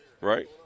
right